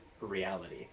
reality